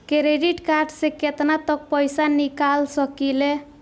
Credit card से केतना तक पइसा निकाल सकिले?